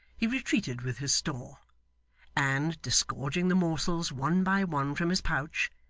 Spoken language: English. he retreated with his store and disgorging the morsels one by one from his pouch,